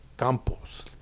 Campos